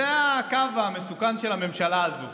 זה הקו המסוכן של הממשלה הזו.